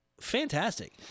fantastic